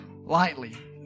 lightly